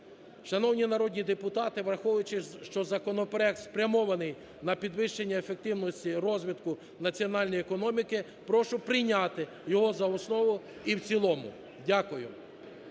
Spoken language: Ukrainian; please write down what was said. Шановні народні депутати, враховуючи, що законопроект спрямований на підвищення ефективності розвитку національної економіки, прошу прийняти його за основу і в цілому. Дякую.